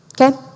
okay